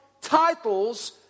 titles